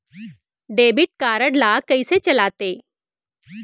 Debit card ला कइसे चलाते?